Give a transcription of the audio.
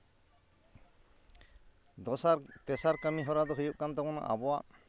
ᱫᱚᱥᱟᱨ ᱛᱮᱥᱟᱨ ᱠᱟᱹᱢᱤᱦᱚᱨᱟ ᱫᱚ ᱦᱩᱭᱩᱜ ᱠᱟᱱ ᱛᱟᱵᱚᱱᱟ ᱟᱵᱚᱣᱟᱜ